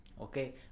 Okay